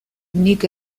nik